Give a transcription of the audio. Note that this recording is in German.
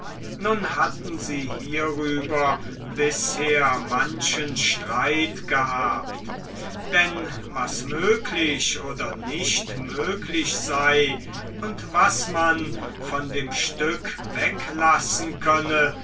nun hatten sie hierüber bisher manchen streit gehabt denn was möglich oder nicht möglich sei und was man von dem stück weglassen könne